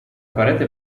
parete